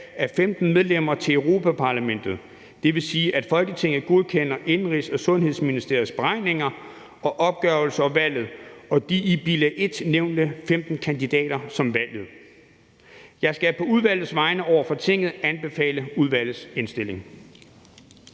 af 15 medlemmer til Europa-Parlamentet. Det vil sige, at Folketinget godkender Indenrigs- og Sundhedsministeriets beregninger og opgørelser af valget og de i bilag 1 nævnte 15 kandidater som valgte. Jeg skal på udvalgets vegne over for Tinget anbefale udvalgets indstilling.